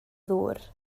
ddŵr